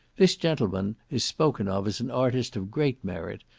this gentleman is spoken of as an artist of great merit,